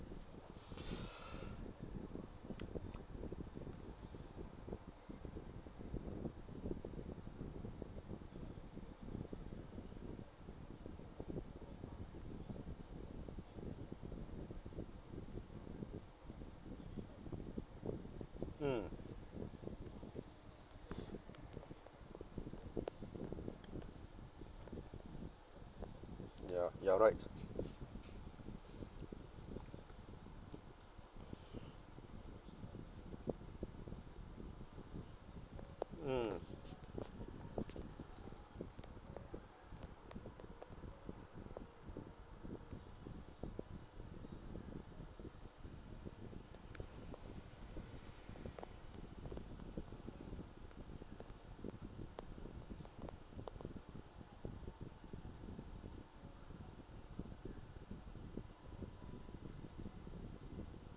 hmm ya you're right mm